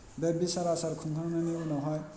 बे बिसार आसार खुंखांनायनि उनावहाय